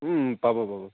পাব পাব